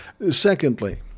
Secondly